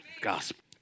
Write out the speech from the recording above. gospel